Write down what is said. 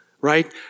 right